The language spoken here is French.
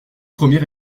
premier